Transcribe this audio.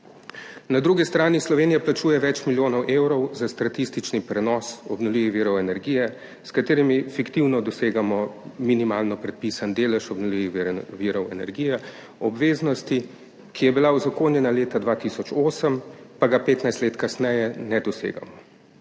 Na drugi strani Slovenija plačuje več milijonov evrov za statistični prenos obnovljivih virov energije, s katerimi fiktivno dosegamo minimalno predpisan delež obnovljivih virov energije, obveznosti, ki je bila uzakonjena leta 2008, pa petnajst let kasneje ne dosegamo.